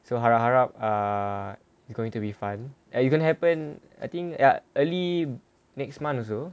so harap harap err it's going to be fun err it's gonna happen I think ah early next month also